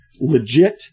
legit